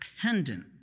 dependent